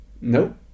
Nope